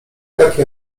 jaki